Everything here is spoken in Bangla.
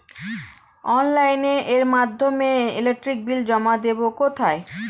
অফলাইনে এর মাধ্যমে ইলেকট্রিক বিল জমা দেবো কোথায়?